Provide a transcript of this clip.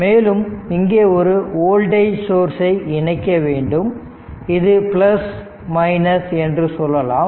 மேலும் இங்கே ஒரு வோல்டேஜ் சோர்சை இணைக்க வேண்டும் இது என்று சொல்லலாம்